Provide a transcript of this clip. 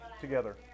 together